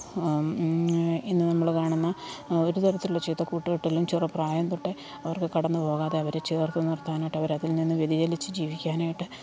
ഇന്നു നമ്മൾ കാണുന്ന ഒരു തരത്തിലുള്ള ചീത്ത കൂട്ടുകെട്ടിലും ചെറുപ്രായം തൊട്ടേ അവർക്കു കടന്നു പോകാതെ അവരെ ചേർത്തു നിർത്താനായിട്ടവരതിൽ നിന്നും വ്യതിചലിച്ച് ജീവിക്കാനായിട്ട്